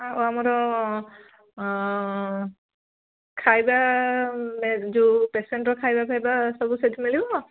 ଆଉ ଆମର ଖାଇବା ଯେଉଁ ପେସେଣ୍ଟ୍ର ଖାଇବା ଫାଇବା ସବୁ ସେଇଠି ମିଳିବ